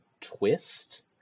twist